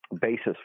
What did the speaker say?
basis